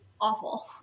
awful